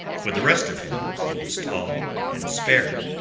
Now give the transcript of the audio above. for the rest of him, he was tall and spare,